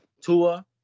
Tua